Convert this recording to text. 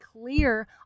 clear